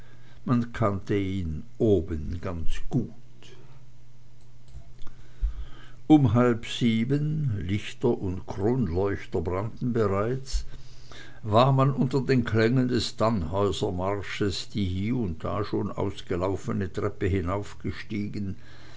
man kannte ihn oben ganz gut um halb sieben lichter und kronleuchter brannten bereits war man unter den klängen des tannhäusermarsches die hie und da schon ausgelaufene treppe